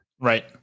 Right